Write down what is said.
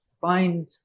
find